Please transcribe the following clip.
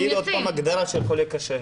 תגיד עוד פעם הגדרה של חולה קשה.